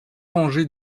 rangées